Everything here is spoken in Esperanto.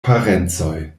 parencoj